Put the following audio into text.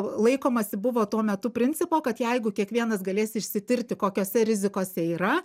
laikomasi buvo tuo metu principo kad jeigu kiekvienas galės išsitirti kokiose rizikose yra